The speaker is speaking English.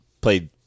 played